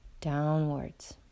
downwards